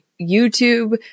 YouTube